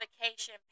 vacation